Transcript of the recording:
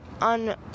on